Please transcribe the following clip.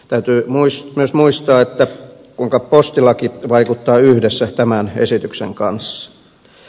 täytyy myös muistaa kuinka postilaki vaikuttaa yhdessä tämän esityksen kanssa